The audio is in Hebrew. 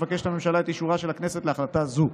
מבקשת הממשלה את אישורה של הכנסת להחלטה זו.